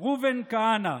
האם ראובן כהנא,